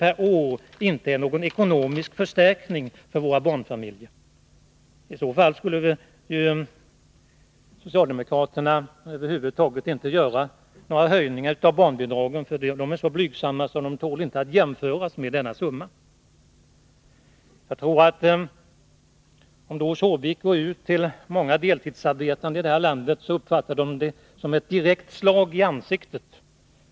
per år inte är någon ekonomisk förstärkning för våra barnfamiljer. I så fall borde socialdemokraterna över huvud taget inte föreslå någon höjning av barnbidragen — för de är så blygsamma att de inte tål att jämföras med denna summa. Gå ut till de deltidsarbetande i det här landet, Doris Håvik! De uppfattar detta som ett direkt slag i ansiktet.